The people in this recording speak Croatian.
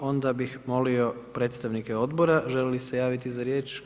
Dobro, onda bih molio predstavnike odbora žele li se javiti za riječ?